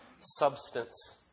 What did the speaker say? substance